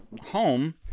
home